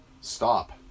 Stop